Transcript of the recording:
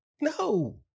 No